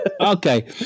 Okay